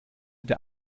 der